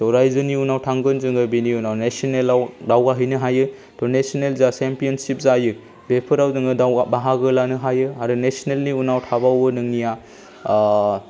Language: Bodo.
रायजोनि उनाव थांगोन जोङो बेनि उनाव नेसनेलआव दावगाहैनो हायो त' नेसनेल जा चेम्पिय'नसिप जायो बेफोराव नोङो बाहागो लानो हायो आरो नेसनेलनि उनाव थाबावो नोंनिया